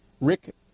Rick